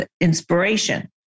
inspiration